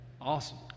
awesome